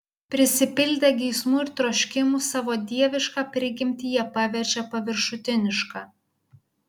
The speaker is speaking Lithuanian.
prisipildę geismų ir troškimų savo dievišką prigimtį jie paverčia paviršutiniška